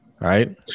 right